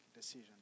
decision